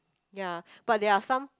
ya but there are some